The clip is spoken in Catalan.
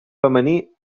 femení